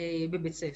בבית ספר.